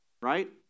right